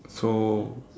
so